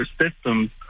systems